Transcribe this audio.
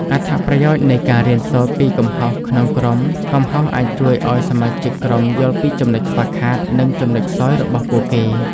អត្ថប្រយោជន៍នៃការរៀនសូត្រពីកំហុសក្នុងក្រុមកំហុសអាចជួយឲ្យសមាជិកក្រុមយល់ពីចំណុចខ្វះខាត និងចំណុចខ្សោយរបស់ពួកគេ។